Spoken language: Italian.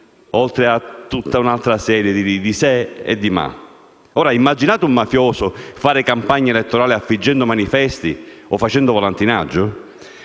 oltre a tutta un'altra serie di «se» e di «ma». Immaginate un mafioso fare campagna elettorale affiggendo manifesti o facendo volantinaggio?